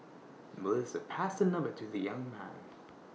Melissa passed her number to the young man